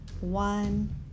one